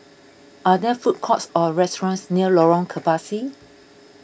are there food courts or restaurants near Lorong Kebasi